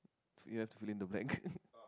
you have to fill in the blank